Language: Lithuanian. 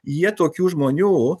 jie tokių žmonių